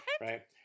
right